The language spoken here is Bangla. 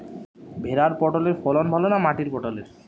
ভেরার পটলের ফলন ভালো না মাটির পটলের?